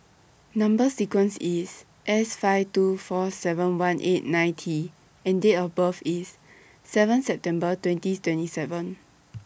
Number sequence IS S five two four seven one eight nine T and Date of birth IS seven September twenties twenty seven